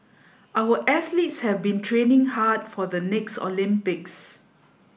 our athletes have been training hard for the next Olympics